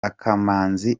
akamanzi